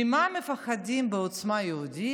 ממה מפחדים בעוצמה יהודית?